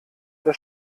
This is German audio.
der